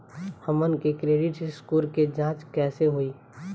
हमन के credit score के जांच कैसे होइ?